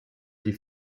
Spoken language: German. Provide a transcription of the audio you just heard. die